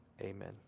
amen